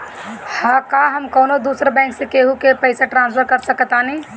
का हम कौनो दूसर बैंक से केहू के पैसा ट्रांसफर कर सकतानी?